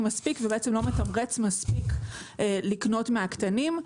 מספיק ובעצם לא מתמרץ מספיק לקנות מהקטנים.